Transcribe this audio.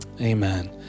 Amen